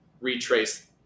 retrace